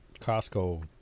Costco